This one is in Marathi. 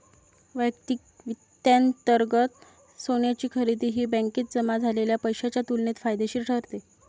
वैयक्तिक वित्तांतर्गत सोन्याची खरेदी ही बँकेत जमा झालेल्या पैशाच्या तुलनेत फायदेशीर ठरते